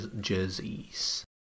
jerseys